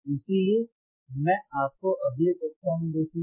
इसलिए मैं आपको अगली कक्षा में देखूंगा